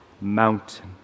mountain